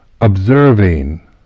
observing